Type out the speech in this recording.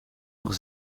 nog